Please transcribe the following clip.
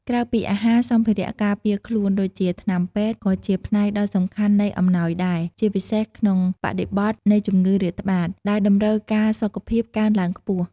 ក្រៅពីអាហារ សម្ភារៈការពារខ្លួន ដូចជាថ្នាំពេទ្យ ក៏ជាផ្នែកដ៏សំខាន់នៃអំណោយដែរ ជាពិសេសក្នុងបរិបទនៃជំងឺរាតត្បាត ដែលតម្រូវការសុខភាពកើនឡើងខ្ពស់។